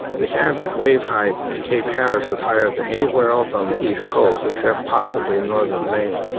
the average wave height at cape hatteras is higher than anywhere else on the east coast except possibly in northern maine.